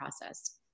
process